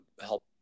help